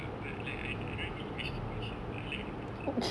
but but like I don't I don't eat vegetable sia but I like the concept